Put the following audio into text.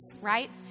right